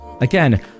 Again